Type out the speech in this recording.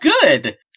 good